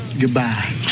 goodbye